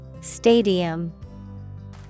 Stadium